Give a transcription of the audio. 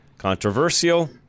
controversial